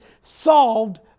solved